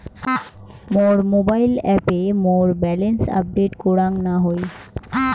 মোর mobile অ্যাপে মোর balance update করাং না হই